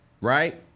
Right